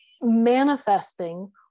manifesting